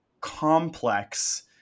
complex